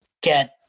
get